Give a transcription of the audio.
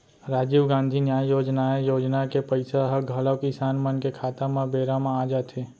राजीव गांधी न्याय योजनाए योजना के पइसा ह घलौ किसान मन के खाता म बेरा म आ जाथे